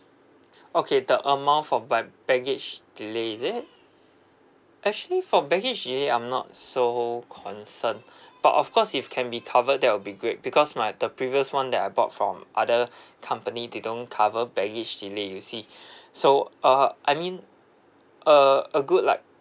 okay the amount for ba~ baggage delay is it actually for baggage delay I'm not so concerned but of course if can be covered that will be great because my the previous one that I bought from other company they don't cover baggage delay you see so uh I mean uh a good like two